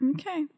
okay